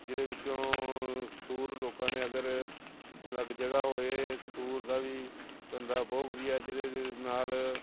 ਜਿਹਦੇ ਵਿੱਚੋਂ ਸੂਰ ਲੋਕਾਂ ਨੇ ਅਗਰ ਅਲੱਗ ਜਗ੍ਹਾ ਹੋਏ ਸੂਰ ਦਾ ਵੀ ਧੰਦਾ ਬਹੁਤ ਵਧੀਆ ਜਿਹਦੇ ਨਾਲ